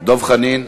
דב חנין,